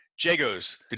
Jago's